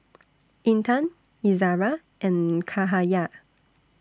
Intan Izara and Cahaya